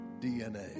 DNA